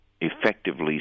effectively